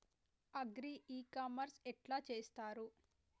Agri e commerce ఎట్ల చేస్తరు?